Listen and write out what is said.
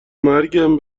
مرگم